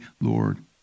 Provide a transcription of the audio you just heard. Lord